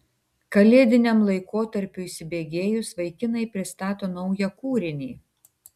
kalėdiniam laikotarpiui įsibėgėjus vaikinai pristato naują kūrinį